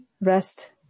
rest